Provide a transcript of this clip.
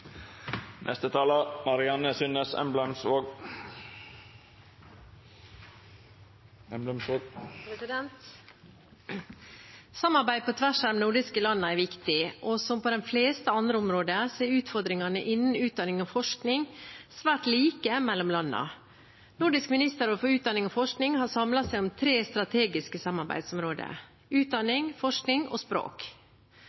Samarbeid på tvers av de nordiske landene er viktig, og som på de fleste andre områder er utfordringene innen utdanning og forskning svært like mellom landene. Nordisk ministerråd for utdanning og forskning har samlet seg om tre strategiske samarbeidsområder: